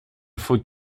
faut